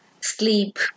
sleep